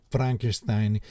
Frankenstein